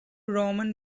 roman